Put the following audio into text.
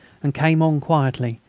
and came on quietly,